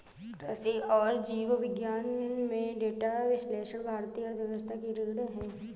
कृषि और जीव विज्ञान में डेटा विश्लेषण भारतीय अर्थव्यवस्था की रीढ़ है